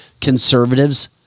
conservatives